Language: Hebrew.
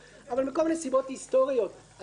אבל מכל מיני סיבות היסטוריות אתה עדיין